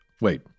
Wait